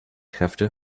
kräfte